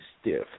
Stiff